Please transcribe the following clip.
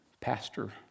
Pastor